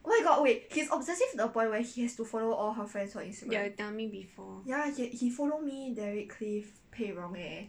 yeah you tell me before